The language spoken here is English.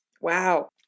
Wow